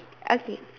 okay